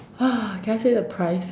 !wah! can I see the price